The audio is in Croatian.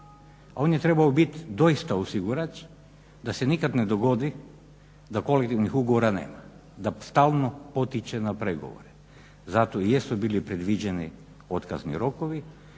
On je trebao biti doista osigurač da se nikad ne dogodi da kolektivnih ugovora nema, da stalno potiče na pregovore. Zato i jesu bili predviđeni otkazni rokovi,